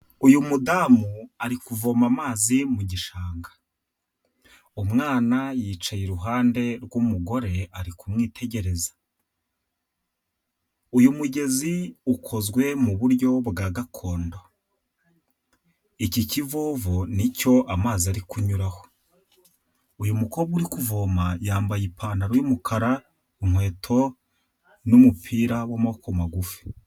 Uyu mudamu ari kuvoma amazi mu gishanga, umwana yicaye iruhande rw'umugore ari kumwitegereza, uyu mugezi ukozwe mu buryo gakondo, iki kivovo ni cyo amazi ari kunyuraho, uyu mukobwa uri kuvoma yambaye ipantaro y'umukara inkweto n'umupira w'amaboko magufi.